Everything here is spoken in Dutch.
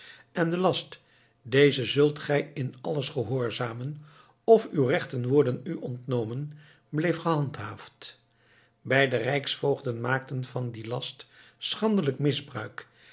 en de last dezen zult gij in alles gehoorzamen of uwe rechten worden u ontnomen bleef gehandhaafd beide rijksvoogden maakten van dien last schandelijk misbruik